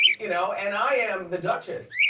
you know? and i am the duchess.